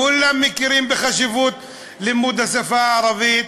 כולם מכירים בחשיבות לימוד השפה הערבית,